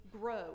grow